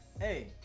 Hey